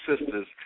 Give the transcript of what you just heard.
sisters